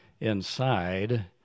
inside